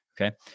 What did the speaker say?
Okay